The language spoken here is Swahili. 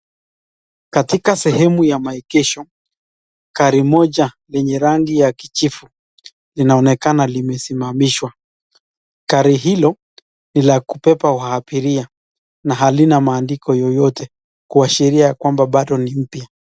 Katika sehemu ya maegesho, gari moja lenye rangi ya kijivu linaonekana limesimamishwa. Gari hilo ni la kubeba waabiria na halina maandiko yoyote, kuashiria kwamba bado ni mpya.